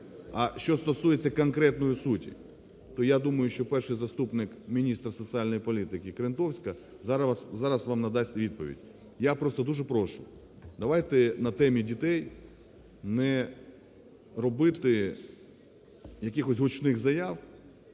А що стосується конкретної суті, то я думаю, що перший заступник міністра соціальної політики Крентовська зараз вам надасть відповідь. Я просто дуже прошу, давайте на темі дітей не робити якихось гучних заяв,